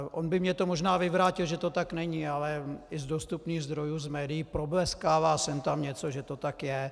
On by mně to možná vyvrátil, že to tak není, ale i z dostupných zdrojů z médií probleskává sem tam něco, že to tak je.